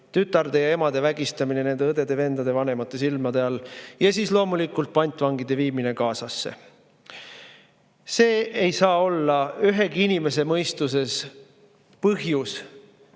tütarde ja emade vägistamine nende õdede-vendade, vanemate silmade all; ja siis loomulikult pantvangide viimine Gazasse. See ei saa olla ühegi inimese mõistuses viis,